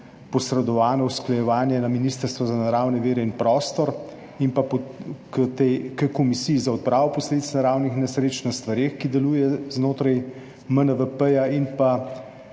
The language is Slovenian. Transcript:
posredovano v usklajevanje na Ministrstvo za naravne vire in prostor in Komisiji za odpravo posledic naravnih nesreč na stvareh, ki deluje znotraj MNVP. Po